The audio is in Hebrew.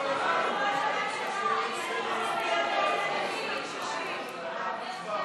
לוועדה את הצעת חוק הביטוח הלאומי (תיקון,